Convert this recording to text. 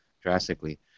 drastically